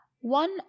one